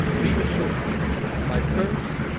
be assur'd my purse,